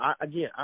again